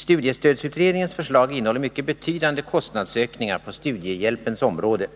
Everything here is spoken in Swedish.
Studiestödsutredningens förslag innehåller mycket betydande kostnadsökningar på studiehjälpens område.